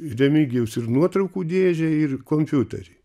remigijaus ir nuotraukų dėžę ir kompiuterį